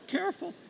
Careful